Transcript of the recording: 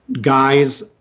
guys